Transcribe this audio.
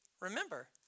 remember